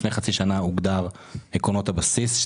לפני חצי שנה הוגדרו עקרונות הבסיס,